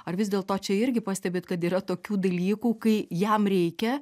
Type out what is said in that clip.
ar vis dėlto čia irgi pastebit kad yra tokių dalykų kai jam reikia